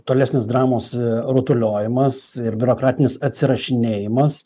tolesnis dramos rutuliojimas ir biurokratinis atsirašinėjimas